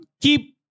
Keep